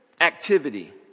activity